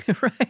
Right